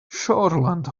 shoreland